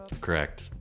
Correct